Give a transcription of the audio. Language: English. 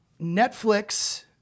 Netflix